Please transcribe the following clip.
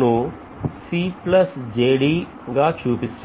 ను చూపిస్తున్నాను